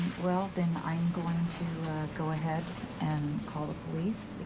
well, then, i'm going to go ahead and call the police.